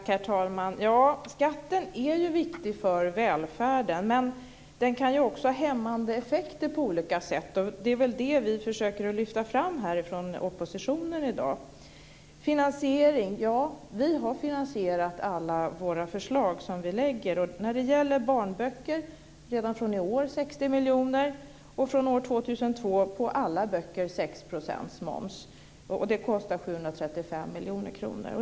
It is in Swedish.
Herr talman! Skatten är ju viktig för välfärden. Men den kan ju också ha hämmande effekter på olika sätt, och det är väl det som vi från oppositionen försöker lyfta fram i dag. Vi har finansierat alla förslag som vi lägger fram. Och när det gäller barnböcker handlar det redan från i år om 60 miljoner. Från år 2002 vill vi ha 6 % moms på alla böcker, och det kostar 735 miljoner kronor.